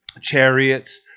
chariots